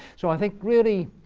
so i think really